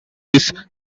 this